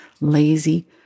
lazy